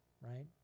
right